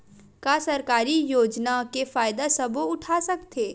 का सरकारी योजना के फ़ायदा सबो उठा सकथे?